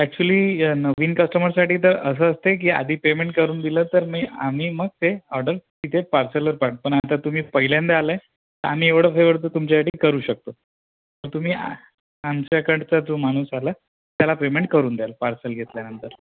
actually नवीन कस्टमरसाठी तर असं असतं आहे की आधी पेमेंट करून दिलं तर मी आम्ही मग ते ऑर्डर तिथे पार्सलला पाठ पण आता तुम्ही पहिल्यांदा आला आहे तर आम्ही एवढं फेवर तर तुमच्यासाठी करू शकतो तर तुम्ही आमच्याकडचा जो माणूस आला त्याला पेमेंट करून द्याल पार्सल घेतल्यानंतर